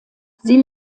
sie